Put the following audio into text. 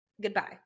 goodbye